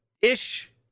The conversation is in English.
ish